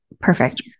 Perfect